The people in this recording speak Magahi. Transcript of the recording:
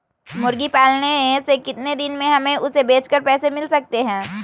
मुर्गी पालने से कितने दिन में हमें उसे बेचकर पैसे मिल सकते हैं?